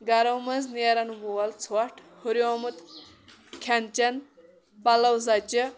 گَرو منٛز نیرَن وول ژھۄٹھ ہُریومُت کھٮ۪ن چٮ۪ن پَلَو زَچہِ